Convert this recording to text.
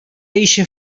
eixe